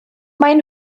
maen